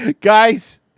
guys